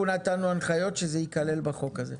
אנחנו נתנו הנחיות שזה ייכלל בחוק הזה,